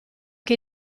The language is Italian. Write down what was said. che